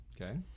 Okay